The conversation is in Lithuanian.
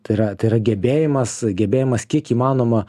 tai yra tai yra gebėjimas gebėjimas kiek įmanoma